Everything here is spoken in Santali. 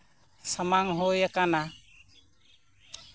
ᱥᱟᱢᱟᱝ ᱦᱩᱭᱟᱠᱟᱱᱟ